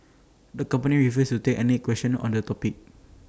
the company refused to take any questions on the topic